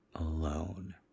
alone